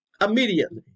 immediately